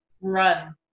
run